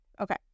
okay